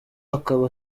akaba